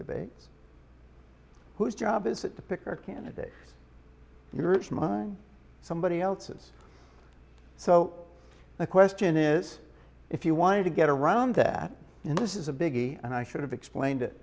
debates whose job is it to pick our candidate your it's mine somebody else's so the question is if you wanted to get around that in this is a biggie and i should have explained it